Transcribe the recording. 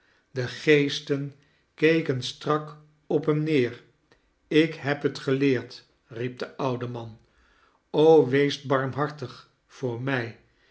de geesten keken strak op hem neer ik heb het geleerd riep de oude man wees barmhartig voor mij